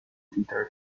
tentar